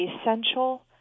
essential